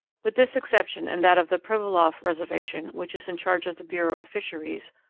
with this exception and that of the pribilof reservation, which is in charge of the bureau of fisheries,